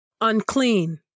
unclean